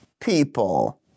people